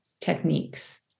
techniques